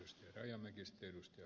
arvoisa puhemies